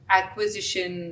acquisition